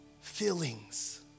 Feelings